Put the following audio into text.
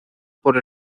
por